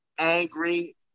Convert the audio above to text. angry